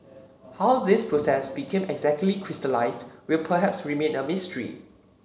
how this process became exactly crystallised will perhaps remain a mystery